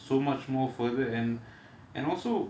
so much more further and and also